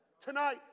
tonight